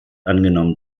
angenommen